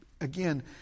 again